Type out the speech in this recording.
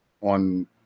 on